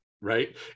Right